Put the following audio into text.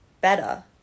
better